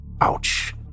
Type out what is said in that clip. Ouch